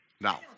Now